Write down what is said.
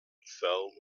fell